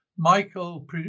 Michael